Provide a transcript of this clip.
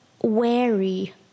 wary